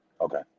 Okay